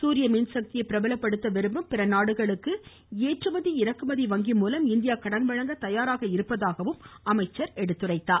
சூரிய மின்சக்தியை பிரபலப்படுத்த விரும்பும் பிற நாடுகளுக்கு ஏற்றுமதி இறக்குமதி வங்கிகள் மூலம் இந்தியா கடன் வழங்க தயாராக இருப்பதாகவும் அமைச்சர் எடுத்துரைத்தார்